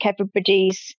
everybody's